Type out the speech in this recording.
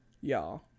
y'all